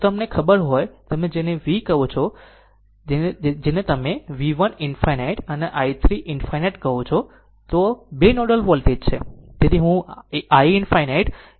તેથી જો તમને ખબર હોય કે તમે જેને V કહો છો તેને તમે V કહો છો જેને તમે V 1 ∞ અને i 3 ∞ કહો છો તો આ 2 નોડલ વોલ્ટેજ છે